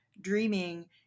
Dreaming